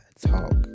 talk